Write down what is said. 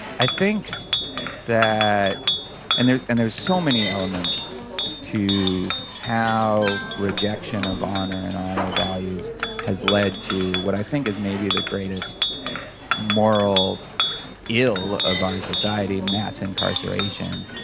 i think that and there's and there's so many elements to how rejection of honor, and honor values has led to what i think is maybe the greatest moral ill of our society, mass incarceration.